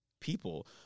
people